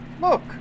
Look